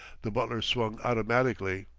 the butler swung automatically,